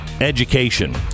education